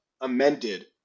amended